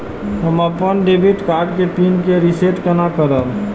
हम अपन debit card के पिन के रीसेट केना करब?